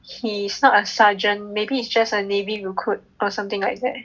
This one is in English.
he's not a sergeant maybe it's just a navy recruit or something like that